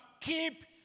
keep